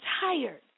tired